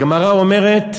הגמרא אומרת: